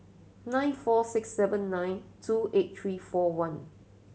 nine four six seven nine two eight three four one